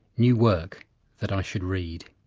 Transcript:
new work that i should read.